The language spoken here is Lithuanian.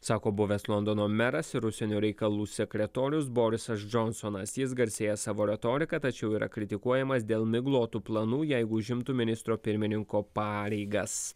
sako buvęs londono meras ir užsienio reikalų sekretorius borisas džonsonas jis garsėja savo retorika tačiau yra kritikuojamas dėl miglotų planų jeigu užimtų ministro pirmininko pareigas